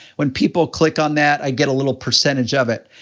when people click on that, i get a little percentage of it,